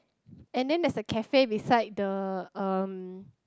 and then there's a cafe beside the um